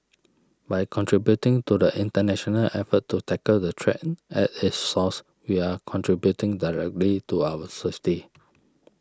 by contributing to the international effort to tackle the threat at its source we are contributing directly to our safety